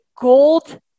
gold